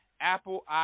Apple